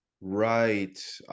Right